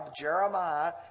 Jeremiah